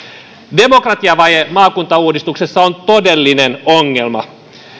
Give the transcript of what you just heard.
demokratiavaje maakuntauudistuksessa on todellinen ongelma